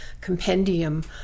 compendium